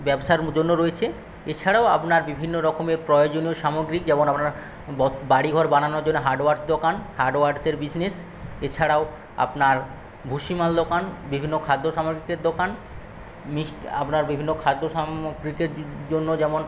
ব্যবসার জন্য রয়েছে এছাড়াও আপনার বিভিন্ন রকমের প্রয়োজনীয় সামগ্রী যেমন আপনার বাড়িঘর বানানোর জন্য হার্ডওয়্যারস দোকান হার্ডওয়্যারসের বিজনেজ এছাড়াও আপনার ভূষিমাল দোকান বিভিন্ন খাদ্যসামগ্রীর দোকান আপনার বিভিন্ন খাদ্যসামগ্রীর জন্য যেমন